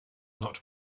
not